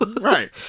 right